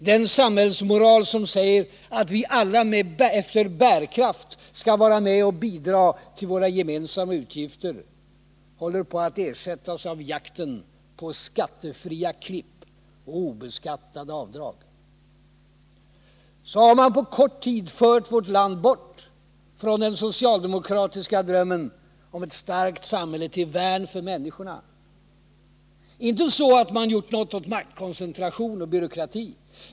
Den samhällsmoral som säger att vi alla efter bärkraft skall vara med och bidra till våra gemensamma utgifter håller på att ersättas av jakten på skattefria klipp och obeskattade avdrag. Så har man på kort tid fört vårt land bort från den socialdemokratiska drömmen om ett starkt samhälle till värn för människorna. Inte så att man gjort något åt maktkoncentration och byråkrati.